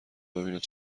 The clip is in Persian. ببیند